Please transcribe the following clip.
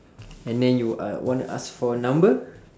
and then you uh want to ask for her number